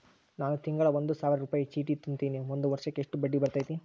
ನಾನು ತಿಂಗಳಾ ಒಂದು ಸಾವಿರ ರೂಪಾಯಿ ಚೇಟಿ ತುಂಬತೇನಿ ಒಂದ್ ವರ್ಷಕ್ ಎಷ್ಟ ಬಡ್ಡಿ ಬರತೈತಿ?